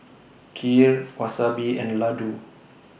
Kheer Wasabi and Ladoo